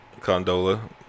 Condola